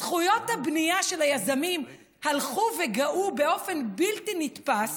זכויות הבנייה של היזמים הלכו וגאו באופן בלתי נתפס,